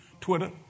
Twitter